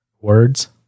Words